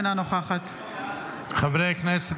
אינה נוכחת חברי הכנסת,